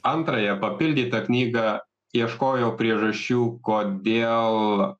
antrąją papildytą knygą ieškojau priežasčių kodėl